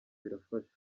birafasha